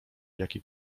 jaki